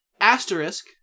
asterisk